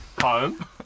home